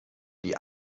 die